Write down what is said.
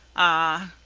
ah!